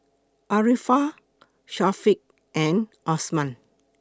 Arifa Syafiqah and Osman